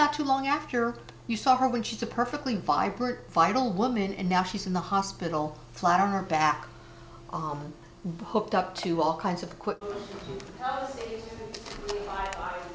not too long after you saw her when she's a perfectly vibrant vital woman and now she's in the hospital flat on her back booked up to all kinds of